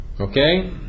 Okay